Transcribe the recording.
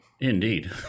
Indeed